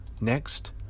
next